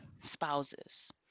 spouses